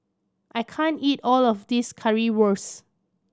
I can't eat all of this Currywurst